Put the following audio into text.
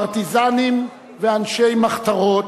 פרטיזנים ואנשי מחתרות,